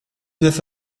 neuf